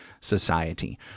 Society